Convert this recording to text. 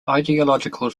ideological